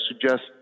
suggest